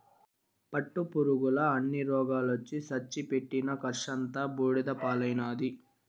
పట్టుపురుగుల అన్ని రోగాలొచ్చి సచ్చి పెట్టిన కర్సంతా బూడిద పాలైనాది